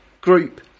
group